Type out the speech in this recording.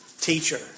Teacher